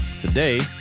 today